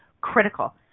critical